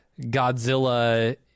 godzilla